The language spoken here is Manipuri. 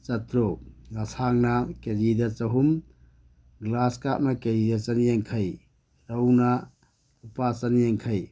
ꯆꯥꯇ꯭ꯔꯨꯛ ꯉꯥꯁꯥꯡꯅ ꯀꯦꯖꯤꯗ ꯆꯍꯨꯝ ꯒ꯭ꯂꯥꯁ ꯀꯥꯞꯅ ꯀꯦꯖꯤꯗ ꯆꯅꯤ ꯌꯥꯡꯈꯩ ꯔꯧꯅ ꯂꯨꯄꯥ ꯆꯅꯤ ꯌꯥꯡꯈꯩ